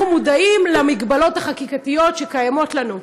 אנחנו מודעים למגבלות החקיקתיות שיש לנו,